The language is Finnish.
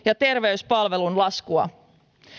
ja terveyspalvelun laskua